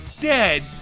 dead